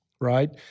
right